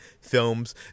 films